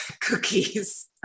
cookies